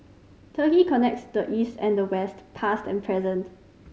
Turkey connects the East and the West past and present